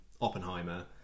oppenheimer